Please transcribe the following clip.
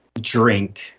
drink